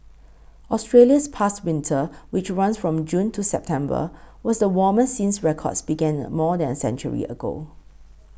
Australia's past winter which runs from June to September was the warmest since records began the more than a century ago